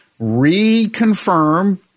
Reconfirm